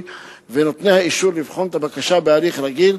ונותני האישור לבחון את הבקשה בהליך הרגיל,